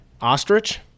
Ostrich